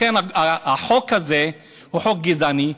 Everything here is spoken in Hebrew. החוק הזה הוא חוק גזעני,